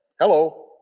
Hello